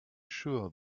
sure